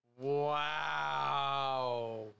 Wow